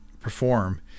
perform